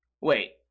Wait